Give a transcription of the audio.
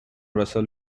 russell